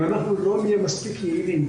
אם לא נהיה מספיק יעילים,